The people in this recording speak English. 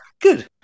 good